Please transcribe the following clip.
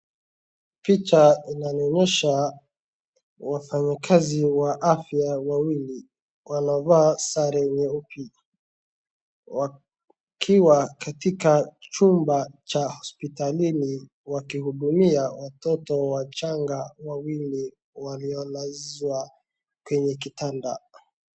Picha inanionyesha wafanyakazi wa afya wawili wanavaa sare nyeupe. Wakiwa katika chumba cha hospitalini wakihudumia watoto wachanga wawili waliolazwa kwenye kitanda.